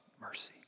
mercy